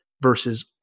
versus